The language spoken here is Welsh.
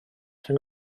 rhwng